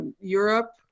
Europe